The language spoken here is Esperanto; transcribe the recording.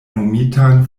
nomitan